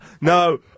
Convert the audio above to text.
No